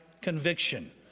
conviction